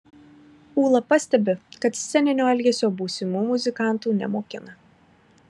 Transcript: ūla pastebi kad sceninio elgesio būsimų muzikantų nemokina